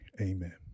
Amen